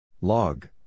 Log